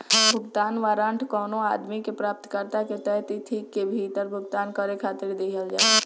भुगतान वारंट कवनो आदमी के प्राप्तकर्ता के तय तिथि के भीतर भुगतान करे खातिर दिहल जाला